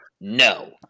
no